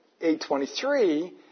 8.23